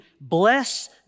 bless